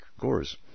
Gore's